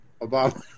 obama